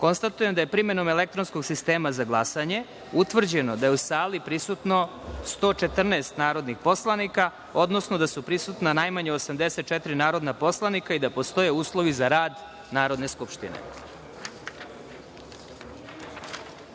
glasanje. Konstatujem da je, primenom elektronskog sistema za glasanje, utvrđeno da je u sali prisutno 114 narodnih poslanika, odnosno da su prisutna najmanje 84 narodna poslanika i da postoje uslovi za rad Narodne skupštine.U